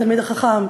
התלמיד החכם,